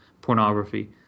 pornography